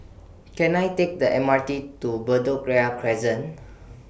Can I Take The M R T to Bedok Ria Crescent